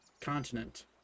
continent